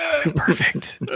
perfect